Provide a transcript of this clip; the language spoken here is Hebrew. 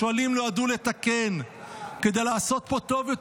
כשלים נועדו לתקן כדי לעשות פה טוב יותר.